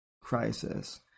crisis